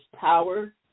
power